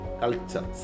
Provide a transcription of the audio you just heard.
culture